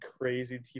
crazy